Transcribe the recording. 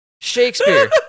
Shakespeare